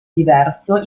diverso